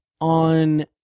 on